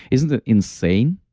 isn't it insane?